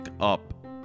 up